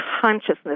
consciousness